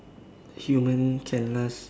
human can last